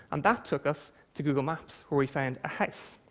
and that took us to google maps, where we found a house.